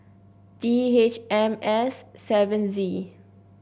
D H M S seven Z